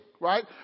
right